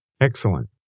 Excellent